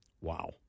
Wow